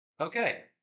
Okay